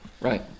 Right